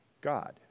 God